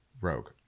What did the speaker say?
rogue